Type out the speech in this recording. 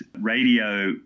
radio